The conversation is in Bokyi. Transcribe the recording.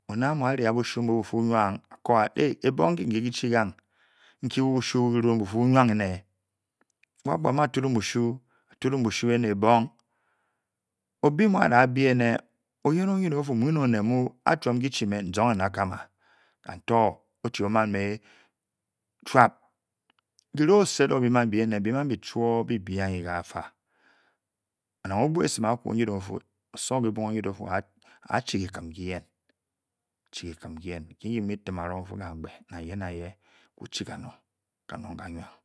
Oned amu a-ri a ge renge bu shu bu fii bu nwang A ko aa, eeh èbóng nki gi chi gang?nki bushu ki ruun bu-fii bü nwang ene?. Wo a-bua a-muu, aturung bushu, atudrung bushu enè ebong? Obei mu aa-da běi enè, oyen o-nyi ding o-fuu, m muu nè oned mmu a chuom ki xhi mè n-onge n-da kam aa kaa to o-chi o-maan me e-chuab ki reng ǒ-sed o biem ambi énè biem ambi chuoo br bi aa anyi ga fa, nang o-bua esim akwu o-nyiding ofuu, oso mu kibong o-nyiding, chi kikim ki yen Nkyi ke bi muu bi tim arong bi fuu kamgbe, nang ye nang ye kwu chii kanong, kanong ga nwua